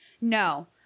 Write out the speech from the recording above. No